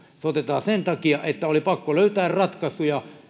se otetaan sen takia että oli pakko löytää ratkaisuja